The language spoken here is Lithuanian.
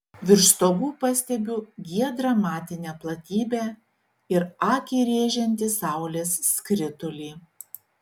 virš stogų pastebiu giedrą matinę platybę ir akį rėžiantį saulės skritulį